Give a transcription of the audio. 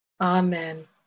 amen